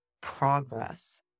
progress